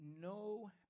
no